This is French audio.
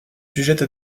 sujette